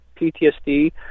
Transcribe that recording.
ptsd